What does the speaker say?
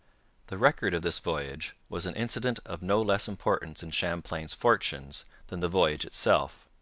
the record of this voyage was an incident of no less importance in champlain's fortunes than the voyage itself.